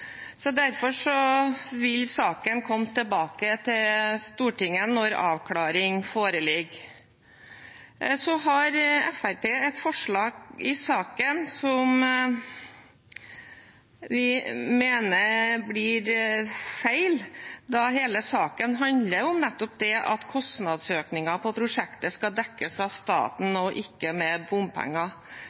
Derfor vil saken komme tilbake til Stortinget når avklaring foreligger. Så har Fremskrittspartiet et forslag i saken som vi mener blir feil, da hele saken handler om nettopp det at kostnadsøkningen i prosjektet skal dekkes av staten, ikke med bompenger.